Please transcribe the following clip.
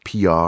PR